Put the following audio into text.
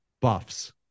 buffs